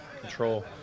control